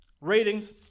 ratings